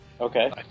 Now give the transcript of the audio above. Okay